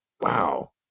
wow